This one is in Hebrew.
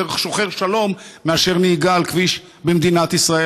יותר שוחר שלום מאשר נהיגה על כביש במדינת ישראל,